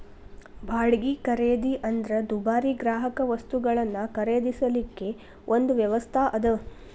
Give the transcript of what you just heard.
ಬಾಡ್ಗಿ ಖರೇದಿ ಅಂದ್ರ ದುಬಾರಿ ಗ್ರಾಹಕವಸ್ತುಗಳನ್ನ ಖರೇದಿಸಲಿಕ್ಕೆ ಒಂದು ವ್ಯವಸ್ಥಾ ಅದ